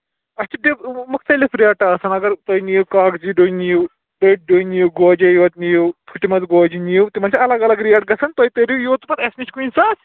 اَتھ چھِ مُختلِف ریٹ آسان اَگر تُہۍ نِیِو کاغذی ڈوٗنۍ نِیِو پیٚتۍ ڈوٗنۍ نِیِو گوجے یوت نِیِو پھٕٹِمَژٕ گوجہِ نِیِو تِمَن چھِ اَلگ اَلگ ریٹ گژھان تُہۍ تٔرِو یور تہٕ پَتہٕ اَسہِ نِش کُنہِ ساتہٕ